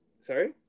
Sorry